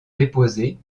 déposée